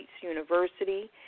University